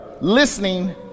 listening